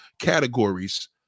categories